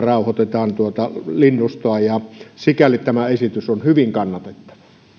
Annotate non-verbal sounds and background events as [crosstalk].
[unintelligible] rauhoitetaan linnustoa sikäli tämä esitys on hyvin kannatettava